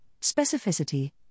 specificity